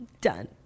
Done